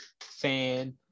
Fan